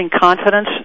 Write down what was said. confidence